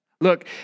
Look